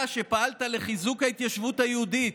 אתה, שפעלת לחיזוק ההתיישבות היהודית,